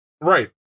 Right